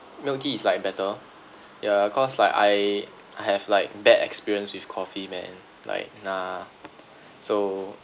milk tea is like better ya cause like I I have like bad experience with coffee man like nah so